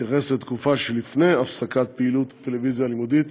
מתייחס לתקופה שלפני הפסקת פעילות הטלוויזיה הלימודית